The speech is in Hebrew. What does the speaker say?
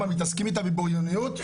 מה מתעסקים איתה בבריוניות?